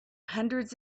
hundreds